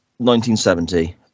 1970